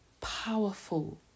powerful